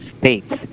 states